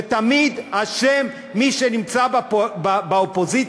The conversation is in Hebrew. שתמיד אשם מי שנמצא באופוזיציה,